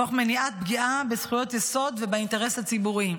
תוך מניעת פגיעה בזכויות יסוד ובאינטרס הציבורי.